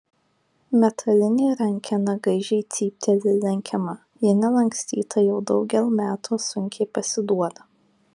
metalinė rankena gaižiai cypteli lenkiama ji nelankstyta jau daugel metų sunkiai pasiduoda